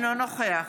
אינו נוכח